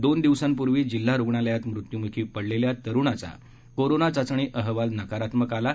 दोन दिवसांपूर्वी जिल्हा रुग्णालयात मृत्यूमुखी पडलेल्या तरुणाचा कोरोना चाचणी अहवाल नकारात्मक आला आहे